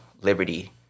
liberty